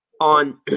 on